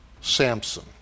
Samson